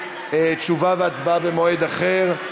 תשובה והצבעה במועד אחר.